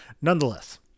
Nonetheless